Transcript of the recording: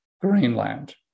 Greenland